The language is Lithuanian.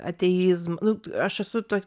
ateizm nu aš esu to